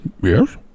yes